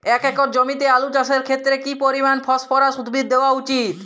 এক একর জমিতে আলু চাষের ক্ষেত্রে কি পরিমাণ ফসফরাস উদ্ভিদ দেওয়া উচিৎ?